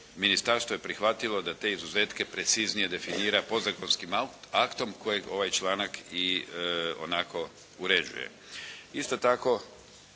ministarstvo je prihvatilo da te izuzetne preciznije definira podzakonskim aktom kojeg ovaj članak i onako uređuje.